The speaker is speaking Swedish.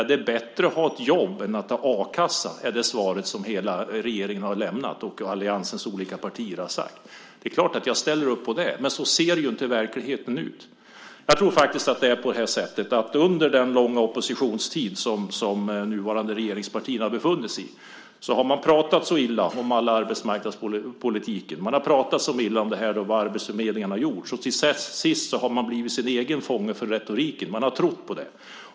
Det är bättre att ha ett jobb än att ha a-kassa, är det svar som hela regeringen och alliansens olika partier har lämnat. Det är klart att jag ställer upp på det, men så ser ju inte verkligheten ut. Jag tror faktiskt att det är på det sättet att under den långa oppositionstid som nuvarande regeringspartier har befunnit sig i så har man pratat så illa om arbetsmarknadspolitiken och om vad arbetsförmedlingarna gjort att man till sist har blivit fångad i sin egen retorik. Man har trott på den.